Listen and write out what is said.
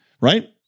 right